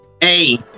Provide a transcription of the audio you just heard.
hey